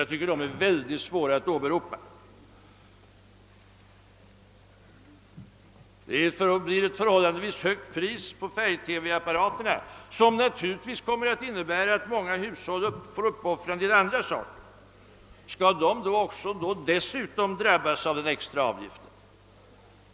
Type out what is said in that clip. Jag tycker att sådana skäl är väldigt svåra att åberopa i detta fall. Det blir ett förhållandevis högt pris på färgtelevisionsapparaterna, vilket naturligtvis kommer att innebära att många hushåll får uppoffra en del andra saker. Skall dessa hushåll då dessutom drabbas av den extra avgiften?